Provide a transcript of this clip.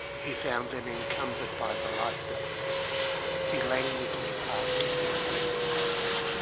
he found them encumbered by the lifebelt he languidly passed the thing over his head,